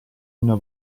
una